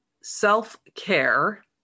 self-care